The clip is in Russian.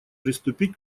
приступить